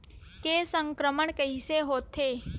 के संक्रमण कइसे होथे?